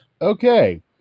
Okay